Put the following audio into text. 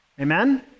Amen